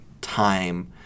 time